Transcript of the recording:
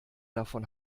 davon